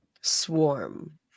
Swarm